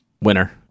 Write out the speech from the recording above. Winner